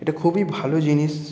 এটা খুবই ভালো জিনিস